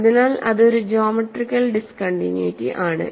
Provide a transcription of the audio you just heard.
അതിനാൽ ഇത് ഒരു ജോമെട്രിക്കൽ ഡിസ്കണ്ടിന്യുറ്റി ആണ്